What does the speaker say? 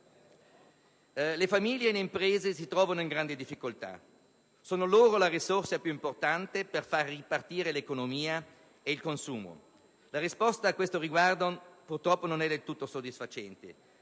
Le famiglie e le imprese si trovano in grande difficoltà. Sono loro la risorsa più importante per far ripartire l'economia ed il consumo. La risposta a questo riguardo, purtroppo, non è del tutto soddisfacente.